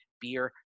Beer